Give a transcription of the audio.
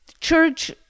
church